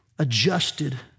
adjusted